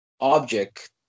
object